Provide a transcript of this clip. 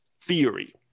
theory